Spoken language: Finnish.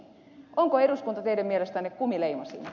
onko eduskunta teidän mielestänne kumileimasin